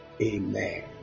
Amen